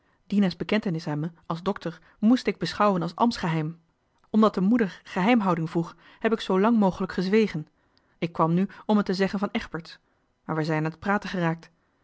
dina's bekentenis aan me als dokter moest ik beschouwen als ambtsgeheim omdat de moeder geheimhouding vroeg heb ik zoo lang mogelijk gezwegen ik kwam nu om het te zeggen van egberts maar we zijn aan het praten geraakt